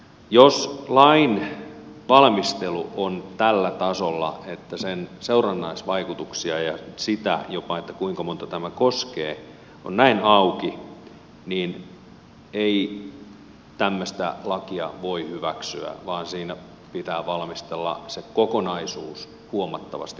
jos lain valmistelu on tällä tasolla että sen seurannaisvaikutukset ja jopa se kuinka montaa tämä koskee ovat näin auki niin ei tämmöistä lakia voi hyväksyä vaan siinä pitää valmistella se kokonaisuus huomattavasti perusteellisemmin